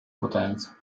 potenza